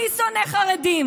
מי שונא חרדים?